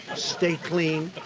stay clean.